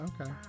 Okay